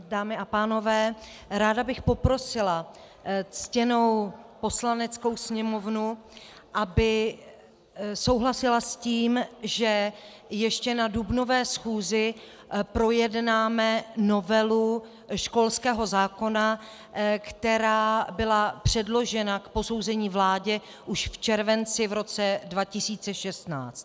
Dámy a pánové, ráda bych poprosila ctěnou Poslaneckou sněmovnu, aby souhlasila s tím, že ještě na dubnové schůze projednáme novelu školského zákona, která byla předložena k posouzení vládě už v červenci v roce 2016.